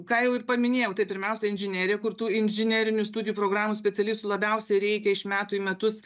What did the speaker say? ką jau ir paminėjau tai pirmiausia inžinerija kur tų inžinerinių studijų programų specialistų labiausia reikia iš metų į metus